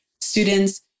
students